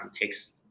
takes